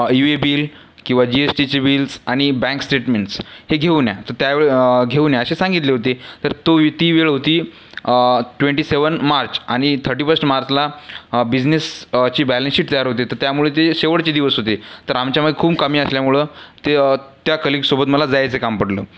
U A bill किंवा G S टीचे bills आणि बँक स्टेटमेंट्स हे घेऊन या तर त्या वे घेऊन या असे सांगितले होते तर तो ती वेळ होती ट्वेंटी सेवन मार्च आणि थर्टीफर्स्ट मार्चला बिझनेस ची बॅलनशीट तयार होते तर त्यामुळे ते शेवटचे दिवस होते तर आमच्यामु खूप कामे असल्यामुळं ते त्या कलीगसोबत मला जायचे काम पडलं